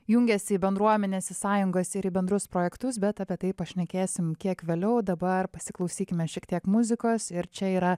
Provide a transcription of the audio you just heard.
jungiasi į bendruomenes į sąjungas ir į bendrus projektus bet apie tai pašnekėsim kiek vėliau dabar pasiklausykime šiek tiek muzikos ir čia yra